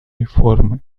реформы